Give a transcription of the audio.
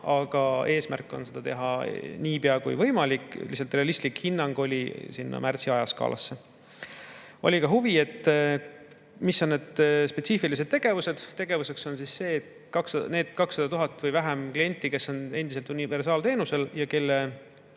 aga eesmärk on [eelnõu esitada] niipea kui võimalik. Lihtsalt realistlik hinnang oli märtsi ajaskaalasse. Oli ka huvi, mis on spetsiifilised tegevused. Tegevus on see, et need 200 000 või vähem klienti, kes on endiselt universaalteenusel ja kelle